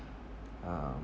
um